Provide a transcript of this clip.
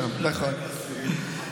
כולנו היינו אסירים שם, נכון.